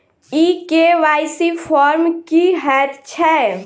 ई KYC form की हएत छै?